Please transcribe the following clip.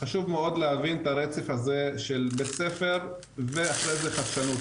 חשוב מאוד להבין את הרצף הזה של בית ספר ואחרי זה חדשנות,